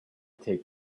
take